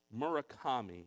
Murakami